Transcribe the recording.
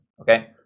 okay